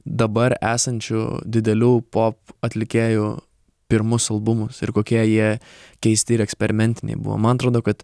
dabar esančių didelių pop atlikėjų pirmus albumus ir kokie jie keisti ir eksperimentiniai buvo man atrodo kad